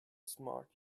smart